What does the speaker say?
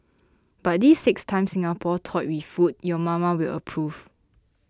but these six times Singapore toyed with food your mama will approve